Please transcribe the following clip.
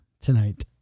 tonight